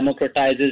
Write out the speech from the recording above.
democratizes